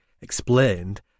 explained